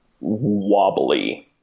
Wobbly